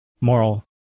moral